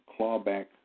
clawback